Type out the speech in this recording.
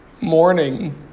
Morning